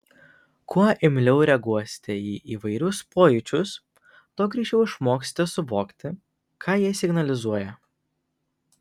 kuo imliau reaguosite į įvairius pojūčius tuo greičiau išmoksite suvokti ką jie signalizuoja